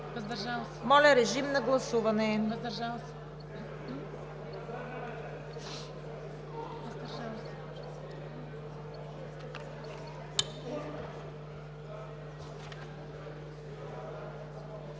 Моля, режим на гласуване